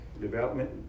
development